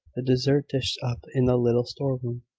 the dessert dished up in the little storeroom,